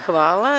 Hvala.